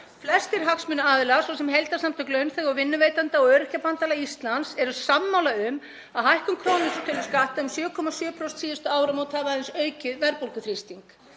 Flestir hagsmunaaðilar, svo sem Heildarsamtök launafólks og vinnuveitenda og Öryrkjabandalag Íslands eru sammála um að hækkun krónutöluskatta um 7,7% síðustu áramót hafi aðeins aukið verðbólguþrýsting.